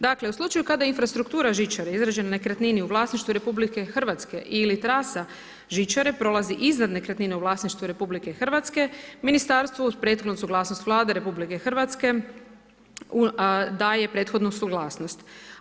Dakle, u slučaju kada infrastruktura žičare izrađene nekretnini u vlasništvu u RH ili trasa žičare prolazi iznad nekretnina u vlasništvu RH, ministarstvo u prethodnu suglasnost Vlade RH daje prethodno suglasnost.